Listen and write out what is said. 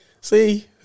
see